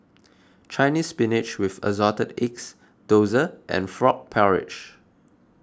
Chinese Spinach with Assorted Eggs Dosa and Frog Porridge